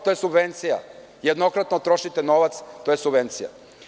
To je subvencija, jednokratno trošite novac, to je subvencija.